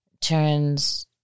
turns